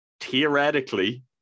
Theoretically